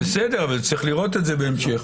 צריך לראות את זה בהמשך,